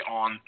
on